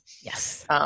Yes